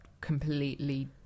completely